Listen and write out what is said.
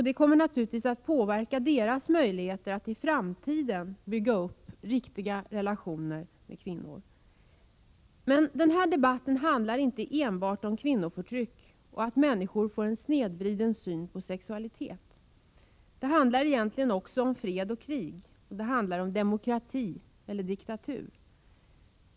Det kommer naturligtvis också att påverka deras möjligheter att i framtiden bygga upp riktiga relationer med kvinnor. Men den här debatten handlar inte enbart om kvinnoförtryck och om att människor får en snedvriden syn på sexualitet. Det handlar också om fred och krig. Det handlar om demokrati eller diktatur.